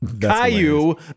Caillou